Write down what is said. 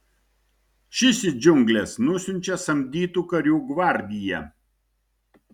šis į džiungles nusiunčia samdytų karių gvardiją